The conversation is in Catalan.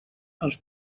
els